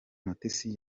mutesi